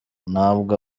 ntabwo